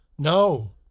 No